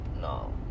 no